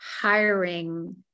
hiring